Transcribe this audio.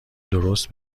درست